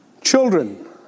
Children